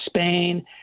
Spain